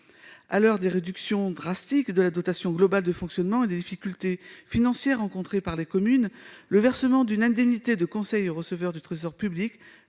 À l'heure des réductions drastiques de la dotation globale de fonctionnement et des difficultés financières rencontrées par les communes, le versement d'une indemnité de conseil au receveur du Trésor public